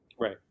Right